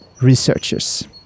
researchers